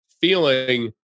feeling